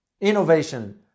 innovation